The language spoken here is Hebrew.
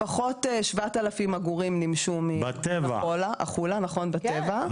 לפחות 7,000 עגורים נמשו מאגמון החולה בטבע.